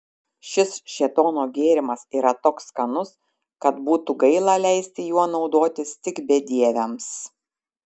šis šėtono gėrimas yra toks skanus kad būtų gaila leisti juo naudotis tik bedieviams